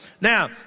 Now